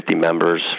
members